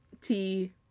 tea